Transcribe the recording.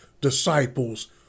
disciples